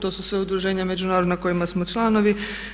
To su sve udruženja međunarodna kojima smo članovi.